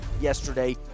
yesterday